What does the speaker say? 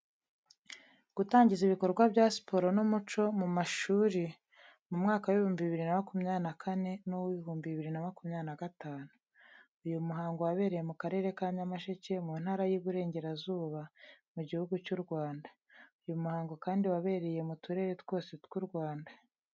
Gutangiza ibikorwa bya siporo n'umuco mu mashuri mu mwaka w'ibihumbi biriri na makumyabiri na kane n'uwibihumbi biriri na makumyabiri na gatanu. Uyu muhango wabereye mu Karere ka Nyamasheke mu ntara y'Iburengerazuba mu gihugu cyu Rwanda. Uyu muhango kandi wabereye mu turere twose tw'u Rwanda.